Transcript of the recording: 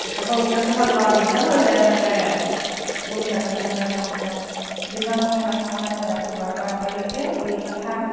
কেতিয়াবা উশাহ চুশাহ লোৱাৰ দিগদাৰ হৈ যায় এনেকৈ ঊল গাঠি থাকোঁতে থাকোঁতে দিনত সময় নাপাওঁ কাৰণে ৰাতি বাৰটা এটালৈকে ঊল গাঠা